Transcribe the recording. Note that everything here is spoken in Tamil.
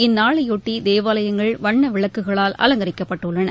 இந்நாளையொட்டி தேவாலயங்கள் வண்ண விளக்குகளால் அலங்கரிக்கப்பட்டுள்ளன